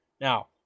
Now